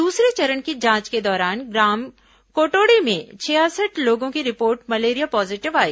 दूसरे चरण की जांच के दौरान ग्राम कोटोड़ी में छियासठ लोगों की रिपोर्ट मलेरिया पॉजीटिव आई